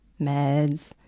meds